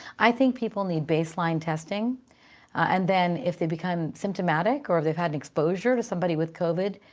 i think people need baseline testing and then, if they become symptomatic or if they've had an exposure to somebody with covid,